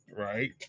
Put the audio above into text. right